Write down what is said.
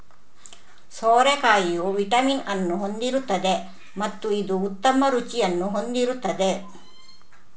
ಸೋರೆಕಾಯಿಯು vitamin ಅನ್ನು ಹೊಂದಿರುತ್ತದೆ ಮತ್ತು ಇದು ಉತ್ತಮ ರುಚಿಯನ್ನು ಹೊಂದಿರುತ್ತದೆ